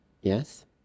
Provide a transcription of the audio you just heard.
Yes